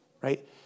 right